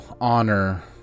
honor